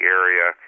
area